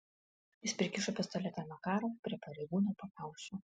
jis prikišo pistoletą makarov prie pareigūno pakaušio